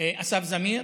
אסף זמיר,